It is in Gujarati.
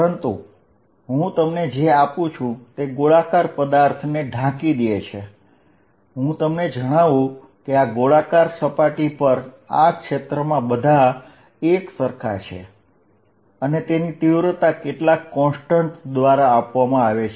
પરંતુ હું તમને જે આપું છું તે ગોળાકાર પદાર્થને ઢાકી દે છે હું તમને જણાવું કે આ ગોળાકાર સપાટી પર આ ક્ષેત્રમાં બધા એકસરખા છે અને તેની તીવ્રતા કેટલાક કોન્સ્ટન્ટ દ્વારા આપવામાં આવે છે